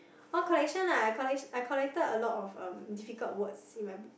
oh collection ah I collectio~ I collected a lot of um difficult words in my book